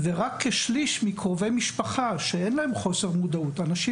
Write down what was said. ורק כשליש מקרובי משפחה של אנשים